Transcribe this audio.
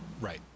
right